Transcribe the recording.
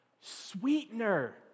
Sweetener